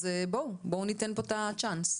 אז בואו ניתן פה את הצ'אנס.